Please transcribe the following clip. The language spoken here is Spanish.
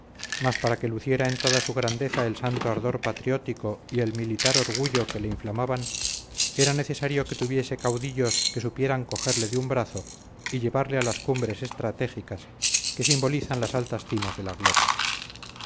mas para que luciera en toda su grandeza el santo ardor patriótico y el militar orgullo que le inflamaban era necesario que tuviese caudillos que supieran cogerle de un brazo y llevarle a las cumbres estratégicas que simbolizan las altas cimas de la gloria